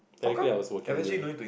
technically I was walking during